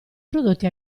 prodotti